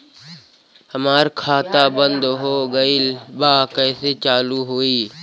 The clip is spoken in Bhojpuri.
हमार खाता बंद हो गईल बा कैसे चालू होई?